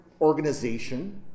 organization